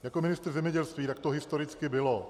Jako ministr zemědělství, tak to historicky bylo.